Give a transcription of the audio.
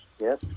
yes